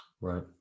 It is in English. Right